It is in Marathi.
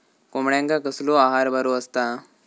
कोंबड्यांका कसलो आहार बरो असता?